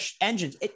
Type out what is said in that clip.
engines